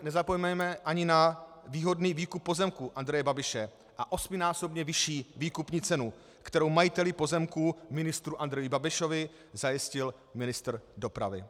Nezapomeňme ani na výhodný výkup pozemků Andreje Babiše a osminásobně vyšší výkupní cenu, kterou majiteli pozemků ministru Andreji Babišovi zajistil ministr dopravy.